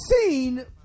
seen